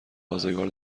ازگار